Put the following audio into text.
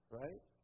right